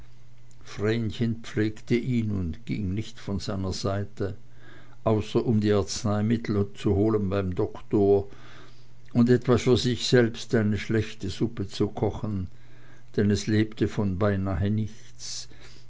vrenchen pflegte ihn und ging nicht von seiner seite außer um die arzneimittel zu holen beim doktor und etwa für sich selbst eine schlechte suppe zu kochen denn es lebte beinahe von nichts